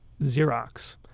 Xerox